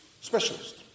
specialist